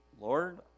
Lord